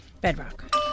Bedrock